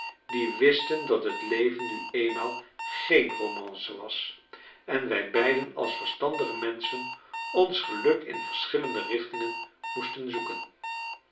die wisten dat het leven nn eenmaal geen romance was en wij beiden als verstandige menschen ons geluk in verschillende richtingen moesten zoeken